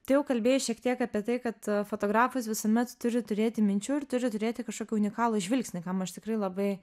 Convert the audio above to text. tu kalbėjai šiek tiek apie tai kad fotografas visuomet turi turėti minčių ir turi turėti kažkokį unikalų žvilgsnį kam aš tikrai labai